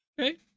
Okay